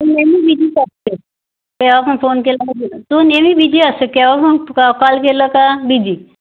तू नेहमी बीजीच असतेस केव्हा पण फोन केला का बीजी तू नेहमी बीजी असतेस केव्हा पण कॉल केला का बीजी